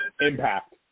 Impact